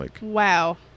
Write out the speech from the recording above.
Wow